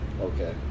Okay